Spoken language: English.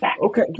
Okay